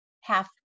half